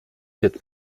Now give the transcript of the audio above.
quatre